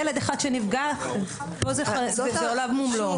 ילד אחד שנפגע, זה עולם ומלואו.